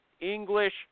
english